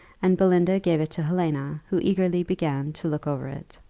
and belinda gave it to helena, who eagerly began to look over it.